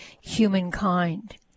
humankind